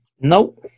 Nope